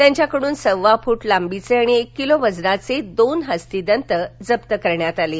त्यांच्याकडून सव्वा फूट लांबीचे आणि एक किलो वजनाचे दोन हस्तिदंत जप्त करण्यात आले आहेत